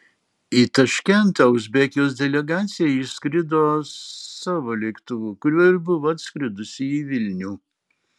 į taškentą uzbekijos delegacija išskrido savo lėktuvu kuriuo ir buvo atskridusi į vilnių